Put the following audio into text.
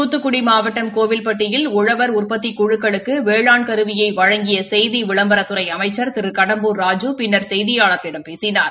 துத்துக்குடி மாவட்டம் கோவில்பட்டியில் உழவர் உற்பத்திக் குழுக்களுக்கு வேளாண் கருவியை வழங்கிய செய்தி விளம்பரத்துறை அமைச்சா் திரு கடம்பூர் ராஜூ பின்னர் செய்தியாளர்களிடம் பேசினார்